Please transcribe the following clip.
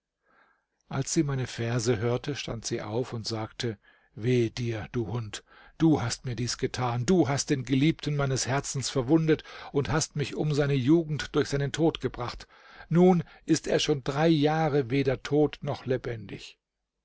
als sie meine verse hörte stand sie auf und sagte wehe dir du hund du hast mir dies getan du hast den geliebten meines herzens verwundet und hast mich um seine jugend durch seinen tod gebracht nun ist er schon drei jahre weder tot noch lebendig